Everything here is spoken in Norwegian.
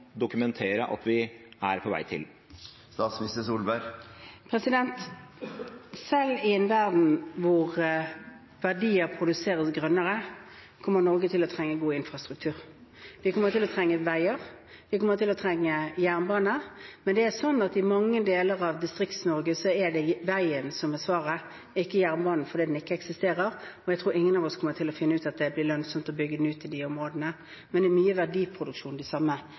dokumentere at vi er på vei til? Selv i en verden hvor verdier produseres grønnere, kommer Norge til å trenge god infrastruktur. Vi kommer til å trenge veier, vi kommer til å trenge jernbaner. Men i mange deler av Distrikts-Norge er det veien som er svaret, ikke jernbanen, fordi den ikke eksisterer – og jeg tror ingen av oss kommer til å finne ut at det blir lønnsomt å bygge den ut i disse områdene. Men det er mye verdiproduksjon de samme